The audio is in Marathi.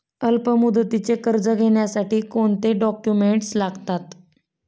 अल्पमुदतीचे कर्ज घेण्यासाठी कोणते डॉक्युमेंट्स लागतात?